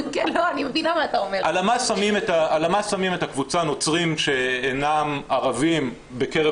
הלמ"ס שמים את הקבוצה נוצרים שאינם ערבים בקרב